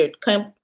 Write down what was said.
come